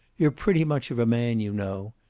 you're pretty much of a man, you know.